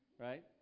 Right